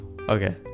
Okay